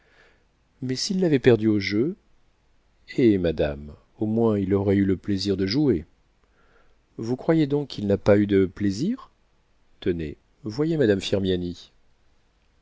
mais s'il l'avait perdue au jeu eh madame au moins il aurait eu le plaisir de jouer vous croyez donc qu'il n'a pas eu de plaisir tenez voyez madame